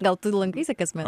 gal tu lankaisi kasmet